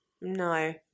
No